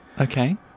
Okay